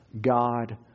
God